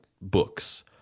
books